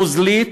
נוזלית,